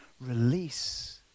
release